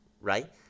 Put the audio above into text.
right